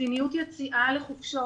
מדיניות יציאה לחופשות